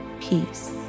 peace